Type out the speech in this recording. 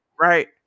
Right